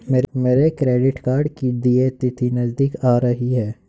मेरे credit card की देय तिथि नज़दीक आ रही है